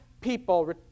people